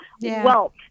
wealth